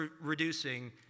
reducing